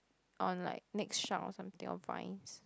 on like next shout or something or binds